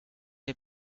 der